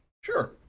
Sure